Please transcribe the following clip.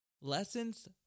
Lessons